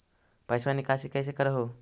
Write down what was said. पैसवा निकासी कैसे कर हो?